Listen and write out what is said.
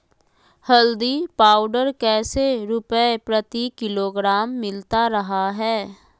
हल्दी पाउडर कैसे रुपए प्रति किलोग्राम मिलता रहा है?